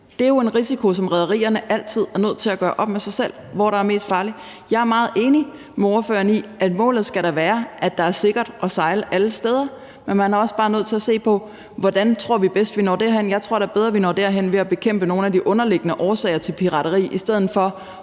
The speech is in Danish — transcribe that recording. Det er jo en risiko, som rederierne altid er nødt til at gøre op med sig selv: Hvor er der mest farligt? Jeg er meget enig med ordføreren i, at målet da skal være, at det er sikkert at sejle alle steder. Men man er også bare nødt til at se på, hvordan vi tror, vi bedst når derhen. Jeg tror da, vi bedst når derhen ved at bekæmpe nogle af de underliggende årsager til pirateri i stedet for